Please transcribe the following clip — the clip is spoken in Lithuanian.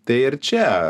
tai ir čia